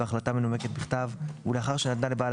בהחלטה מנומקת בכתב ולאחר שנתנה לבעל